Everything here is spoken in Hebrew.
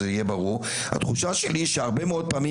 היא שהרבה מאוד פעמים